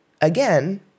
again